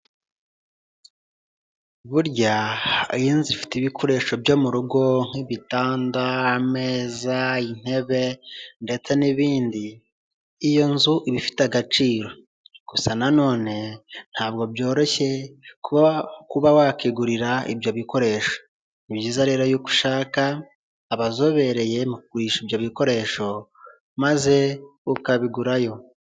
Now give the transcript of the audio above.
Burya iyo inzu ifite ibikoresho byo mugo nk'ibitanda, ameza, intebe, ndetse n'ibindi iyo nzu iba ifite agaciro. Gusa na nonene ntabwo byoroshye kuba wakwigurira ibyo bikoresho. Ni byiza rero ushaka abazobereye mu kugurisha ibyo bikoresho, maze ukabigurayo